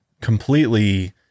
completely